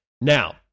now